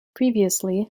previously